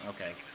okay